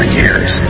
years